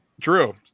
True